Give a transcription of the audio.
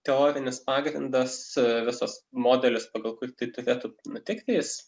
teorinis pagrindas visas modelis pagal kurį turėtų nutikti jis